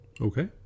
Okay